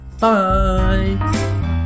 bye